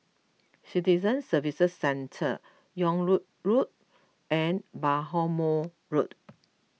Citizen Services Centre Yung Loh Road and Bhamo Road